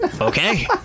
Okay